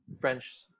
French